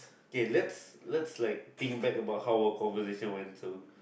K let's let's like think back about how our conversation went to